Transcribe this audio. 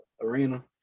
Arena